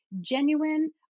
genuine